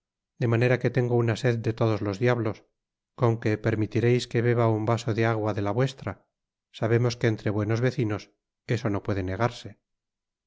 de manera que tengo una sed de todos los diablos con que permitireis que beba un vaso de agua de la vuestra sabemos que entre buenos vecinos eso no puede negarse